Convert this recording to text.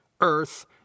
earth